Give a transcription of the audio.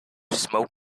smoke